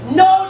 no